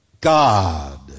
God